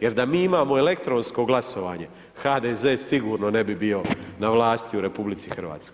jer da mi imamo elektronsko glasovanje, HDZ sigurno ne bi bio na vlasti u RH.